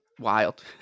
wild